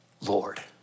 Lord